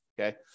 Okay